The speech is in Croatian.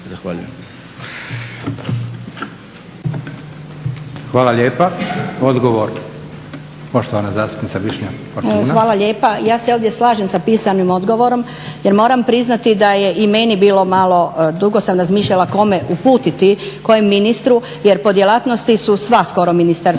Hvala lijepa. Odgovor poštovana zastupnica Višnja Fortuna. **Fortuna, Višnja (HSU)** hvala lijepa. Ja se ovdje slažem sa pisanim odgovorom jer moram priznati da je i meni bilo malo, dugo sam razmišljala kome uputiti, kojem ministru jer po djelatnosti su sva skoro ministarstva